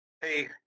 Hey